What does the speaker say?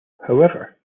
however